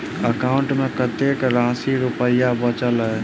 account मे कतेक रास रुपया बचल एई